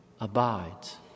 abides